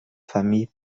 famille